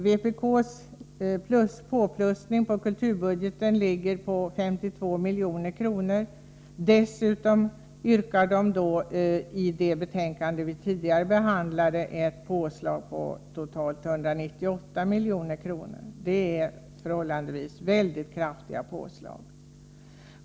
Vpk:s påplussning på kulturbudgeten ligger på 52 milj.kr. Dessutom yrkas i det betänkade vi tidigare behandlade ett påslag på totalt 198 milj.kr. Det är förhållandevis väldigt kraftiga uppräkningar.